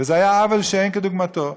וזה היה עוול שאין כדוגמתו.